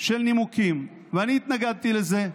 של נימוקים, ואני התנגדתי לזה.